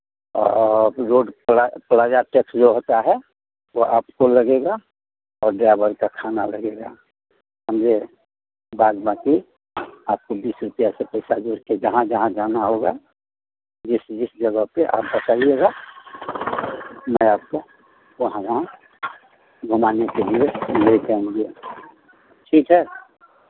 और रोड थोड़ा थोड़ा जहाँ टैक्स जो होता है वो आपको लगेगा और ड्राइवर का खाना लगेगा समझे बाद बाँकी आपको बीस रुपैया से पैसा जोड़ के जहाँ जहाँ जाना होगा जिस जिस जगह पे आप बताइएगा मैं आपको वहाँ वहाँ घुमाने के लिए लेके जाऍंगे ठीक है